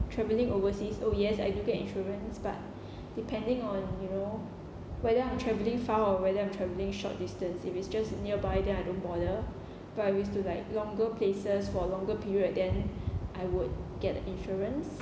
travelling overseas oh yes I do get insurance but depending on you know whether I'm travelling far or whether I'm travelling short distance if it's just nearby then I don't bother but if it's to like longer places for longer period then I would get the insurance